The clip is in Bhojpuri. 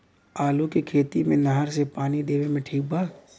आलू के खेती मे नहर से पानी देवे मे ठीक बा?